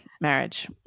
marriage